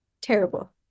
terrible